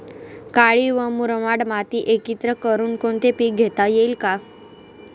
काळी व मुरमाड माती एकत्रित करुन कोणते पीक घेता येईल का?